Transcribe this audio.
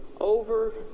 over